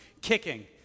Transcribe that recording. kicking